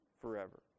forever